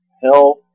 health